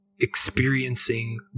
experiencing